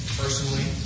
personally